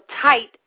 tight